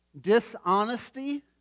dishonesty